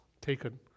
taken